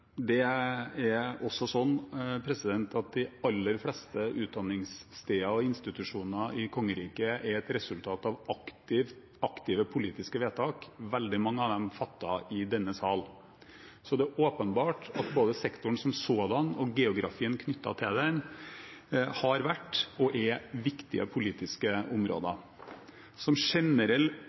Det er også slik at de aller fleste utdanningssteder og -institusjoner i kongeriket er et resultat av aktive politiske vedtak, veldig mange av dem fattet i denne sal. Så det er åpenbart at både sektoren som sådan og geografien knyttet til den har vært og er viktige politiske områder. Som generell